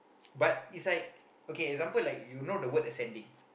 but is like okay example like you know the word ascending